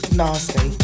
nasty